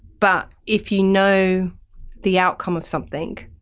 but if you know the outcome of something,